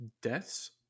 deaths